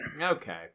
Okay